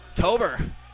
Tober